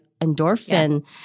endorphin